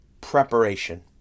preparation